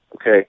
okay